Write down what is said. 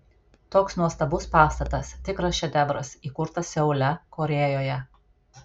toks nuostabus pastatas tikras šedevras įkurtas seule korėjoje